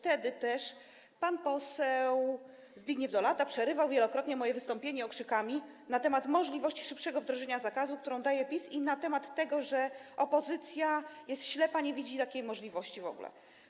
Wtedy też pan poseł Zbigniew Dolata przerywał wielokrotnie moje wystąpienie okrzykami o możliwości szybszego wdrożenia zakazu, którą daje PiS, i o tym, że opozycja jest ślepa i nie widzi takiej możliwości w ogóle.